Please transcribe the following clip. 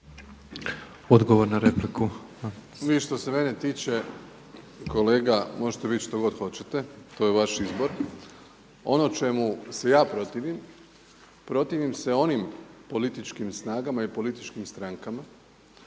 Andrej (HDZ)** Vi što se mene tiče kolega možete biti što god hoćete to je vaš izbor. Ono čemu se ja protivim, protivim se onim političkim snagama i političkim strankama